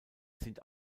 sind